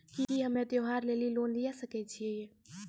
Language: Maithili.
की हम्मय त्योहार लेली लोन लिये सकय छियै?